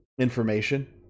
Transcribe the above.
information